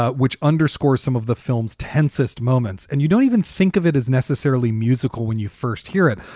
ah which underscores some of the film's tensest moments. and you don't even think of it as necessarily musical when you first hear it.